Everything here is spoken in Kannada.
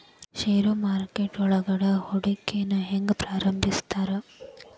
ಷೇರು ಮಾರುಕಟ್ಟೆಯೊಳಗ ಹೂಡಿಕೆನ ಹೆಂಗ ಪ್ರಾರಂಭಿಸ್ತಾರ